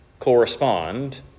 Correspond